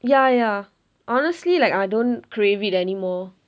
ya ya honestly like I don't crave it anymore